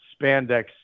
spandex